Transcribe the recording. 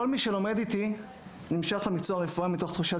כל מי שלומד איתי נמשך למקצוע הרפואה מתוך תחושת